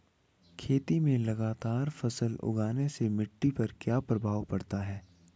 खेत में लगातार फसल उगाने से मिट्टी पर क्या प्रभाव पड़ता है?